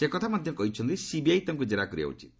ସେ କହିଛନ୍ତି ସିବିଆଇ ତାଙ୍କୁ ଜେରା କରିବା ଉଚିତ